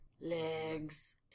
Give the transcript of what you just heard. Legs